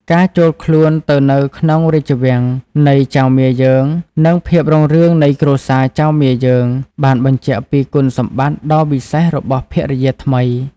ការចូលខ្លួនទៅនៅក្នុងរាជវាំងនៃចៅមាយើង និងភាពរុងរឿងនៃគ្រួសារចៅមាយើងបានបញ្ជាក់ពីគុណសម្បត្តិដ៏វិសេសរបស់ភរិយាថ្មី។